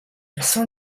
sans